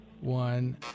one